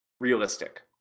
realistic